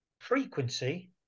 frequency